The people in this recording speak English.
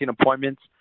appointments